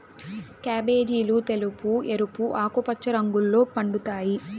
క్యాబేజీలు తెలుపు, ఎరుపు, ఆకుపచ్చ రంగుల్లో పండుతాయి